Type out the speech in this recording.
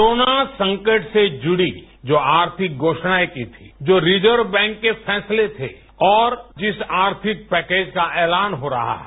corona संकट से जुड़ी जो आर्थिक घोषणाएं की थी जो रिजर्व बैंक के फैसले थे और जिस आर्थिक पैकेज का ऐलान हो रहा है